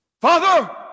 father